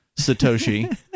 Satoshi